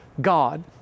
God